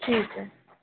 ਠੀਕ ਹੈ